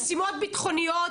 ממשימות ביטחוניות,